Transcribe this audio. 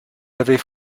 avez